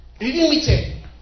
limited